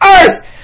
earth